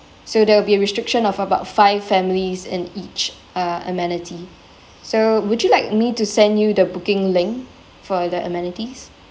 so there will be a restriction of about five families in each uh amenity so would you like me to send you the booking link for the amenities